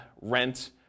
rent